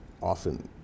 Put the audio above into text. often